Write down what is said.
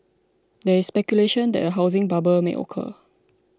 there is speculation that a housing bubble may occur